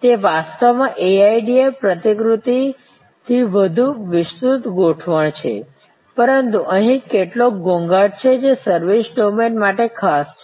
તે વાસ્તવમાં AIDA પ્રતિકૃતિ ની વધુ વિસ્તૃત ગોઠવણ છે પરંતુ અહીં કેટલોક ઘોંઘાટ છે જે સર્વિસ ડોમેન માટે ખાસ છે